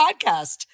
podcast